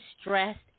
stressed